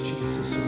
Jesus